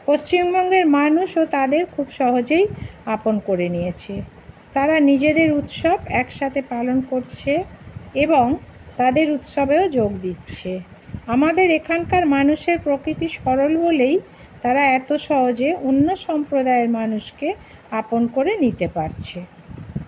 পশ্চিমবঙ্গের মানুষও তাদের খুব সহজেই আপন করে নিয়েছে তারা নিজেদের উৎসব একসাথে পালন করছে এবং তাদের উৎসবেও যোগ দিচ্ছে আমাদের এখানকার মানুষের প্রকৃতি সরল বলেই তারা এত সহজে অন্য সম্প্রদায়ের মানুষকে আপন করে নিতে পারছে